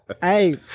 Hey